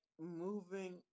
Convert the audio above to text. moving